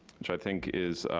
which i think is,